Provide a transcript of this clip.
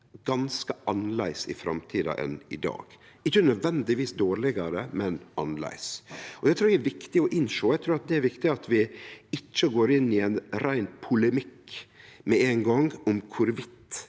ganske annleis i framtida enn i dag – ikkje nødvendigvis dårlegare, men annleis, og det trur eg er viktig å innsjå. Eg trur det er viktig at vi ikkje går inn i ein rein polemikk med éin gong om mange